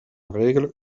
règle